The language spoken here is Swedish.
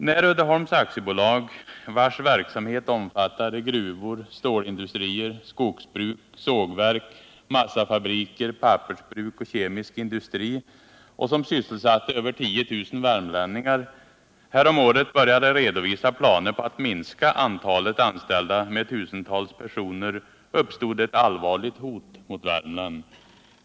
När Uddeholms AB, vars verksamhet omfattade gruvor, stålindustrier, skogsbruk, sågverk, massafabriker, pappersbruk och kemisk industri och som sysselsatte över 10 000 värmlänningar, härom året började redovisa planer på att minska antalet anställda med tusentals personer, uppstod ett allvarligt hot mot Värmland.